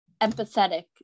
empathetic